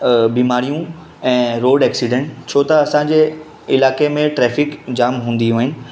बीमारियूं ऐं road accident छो त असांजे इलाइक़े में ट्रेफिक जामु हूंदियूं आहिनि